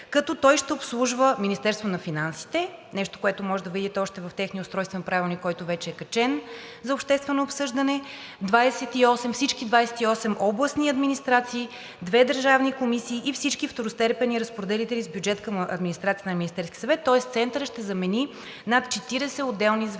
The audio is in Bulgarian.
като той ще обслужва Министерството на финансите – нещо, което можете да видите още в техния Устройствен правилник, който вече е качен за обществено обсъждане, всички 28 областни администрации, две държавни комисии и всички второстепенни разпоредители с бюджет към Администрацията на Министерския съвет. Тоест Центърът ще замени над 40 отделни звена.